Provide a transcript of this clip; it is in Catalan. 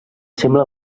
sembla